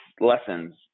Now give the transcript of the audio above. lessons